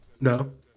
No